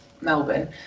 Melbourne